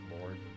Lord